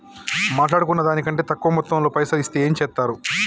మాట్లాడుకున్న దాని కంటే తక్కువ మొత్తంలో పైసలు ఇస్తే ఏం చేత్తరు?